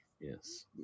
yes